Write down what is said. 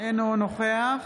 אינו נוכח